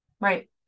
Right